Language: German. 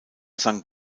sang